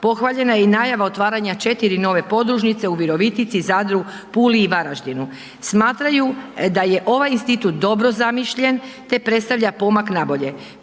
Pohvaljena je i najava otvaranja 4 nove podružnice u Virovitici, Zadru, Puli i Varaždinu. Smatraju da je ovaj institut dobro zamišljen te predstavlja pomak na bolje.